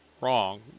Wrong